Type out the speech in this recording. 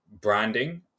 branding